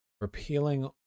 Repealing